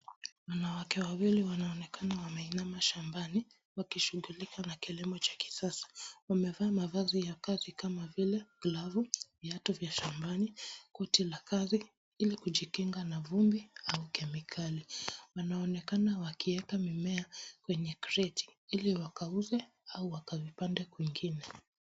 Wanawake wawili wanaonekana wameinama shambani wakishughulika na kilimo cha kisasa. Wamevaa mavazi ya kazi kama vile glavu, viatu vya shambani, koti la kazi ili kujikinga na vumbi au kemikali. Wanaonekana wakieka mimea kwenye kreti ili wakauze au wakazipande kwingine.